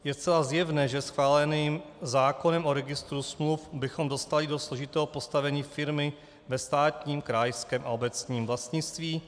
Je zcela zjevné, že schváleným zákonem o registru smluv bychom dostali do složitého postavení firmy ve státním, krajském a obecním vlastnictví.